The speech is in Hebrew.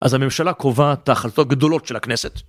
אז הממשלה קובעת החלטות גדולות של הכנסת.